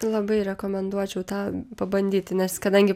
labai rekomenduočiau tą pabandyti nes kadangi